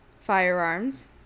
firearms